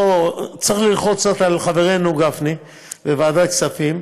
בוא, צריך ללחוץ קצת על חברנו גפני בוועדת כספים,